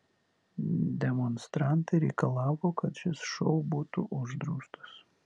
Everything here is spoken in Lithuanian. demonstrantai reikalavo kad šis šou būtų uždraustas